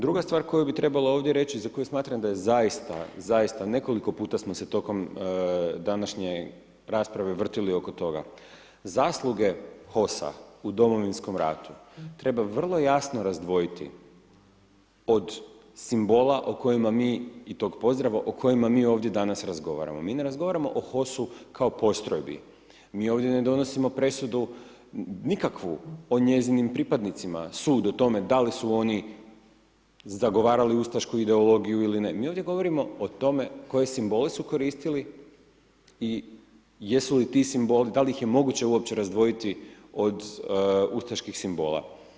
Druga stvar koju bi trebalo ovdje reći, za koju smatram da je zaista, zaista nekoliko puta smo se tokom današnje rasprave vrtili oko toga, zasluge HOS-a u Domovinskom ratu treba vrlo jasno razdvojiti od simbola o kojima mi, i tog pozdrava, o kojima mi ovdje danas razgovaramo, Mi ne razgovaramo o HOS-u kao postrojbi, mi ovdje ne donosimo presudu nikakvu o njezinim pripadnicima, sud o tome da li su oni zagovarali ustašku ideologiju ili ne, mi ovdje govorimo o tome koje simbole su koristili i jesu li ti simboli, da li ih je uopće moguće razdvojiti od ustaških simbola?